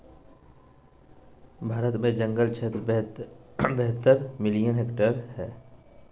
भारत में जंगल क्षेत्र बहत्तर मिलियन हेक्टेयर हइ